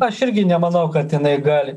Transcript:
aš irgi nemanau katinai gali